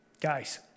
Guys